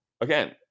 again